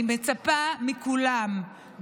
אני מצפה מכולם,